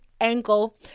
ankle